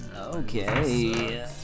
Okay